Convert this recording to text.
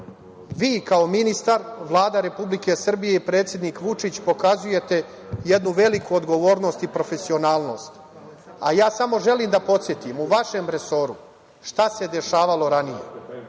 kao ministar, Vlada Republike Srbije i predsednik Vučić pokazujete jednu veliku odgovornost i profesionalnost, a ja samo želim da podsetim šta se dešavalo ranije